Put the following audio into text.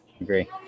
Agree